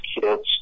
kids